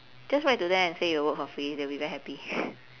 just write to them and say you'll work for free they'll be very happy